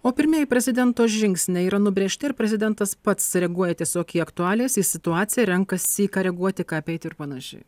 o pirmieji prezidento žingsniai yra nubrėžti ar prezidentas pats reaguoja tiesiog į aktualijas į situaciją renkasi į ką reaguoti ką apeiti ir panašiai